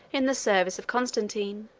in the service of constantine,